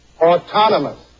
autonomous